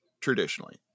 traditionally